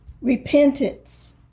repentance